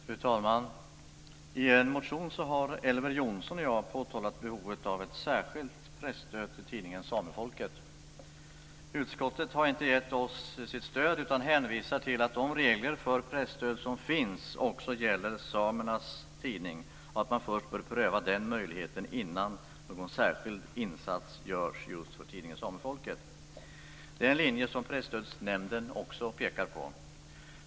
Fru talman! I en motion har Elver Jonsson och jag påtalat behovet av ett särskilt presstöd till tidningen Samefolket. Utskottet har inte gett oss sitt stöd, utan hänvisar till att de regler för presstöd som finns också gäller samernas tidning och att man först bör pröva den möjligheten innan någon särskild insats görs just för tidningen Samefolket. Det är en linje som Presstödsnämnden också pekar på.